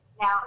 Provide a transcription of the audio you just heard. now